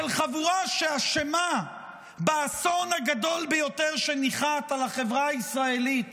של חבורה שאשמה באסון הגדול ביותר שניחת על החברה הישראלית